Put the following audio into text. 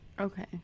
Okay